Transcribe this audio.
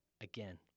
Again